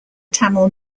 tamil